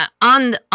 on